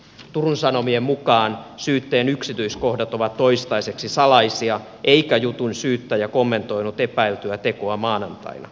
turun sanomien mukaan syytteen yksityiskohdat ovat toistaiseksi salaisia eikä jutun syyttäjä kommentoinut epäiltyä tekoa maanantaina